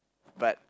but